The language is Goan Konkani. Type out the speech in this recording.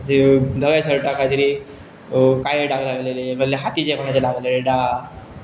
धव्या शर्टाक तरी काय दाग लागलेले वेल्यान हातीचे कोणाचे लागलेले दाग